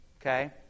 Okay